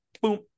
boom